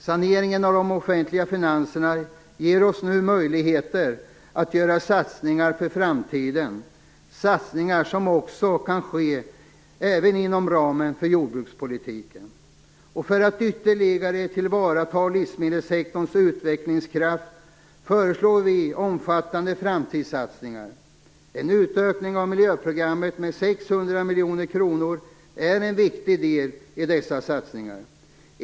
Saneringen av de offentliga finanserna ger oss nu möjligheter att göra satsningar för framtiden, satsningar som kan ske även inom ramen för jordbrukspolitiken. För att ytterligare tillvarata livsmedelssektorns utvecklingskraft föreslår vi omfattande framtidssatsningar. En utökning av miljöprogrammet med 600 miljoner kronor är en viktig del i dessa satsningar.